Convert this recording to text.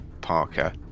Parker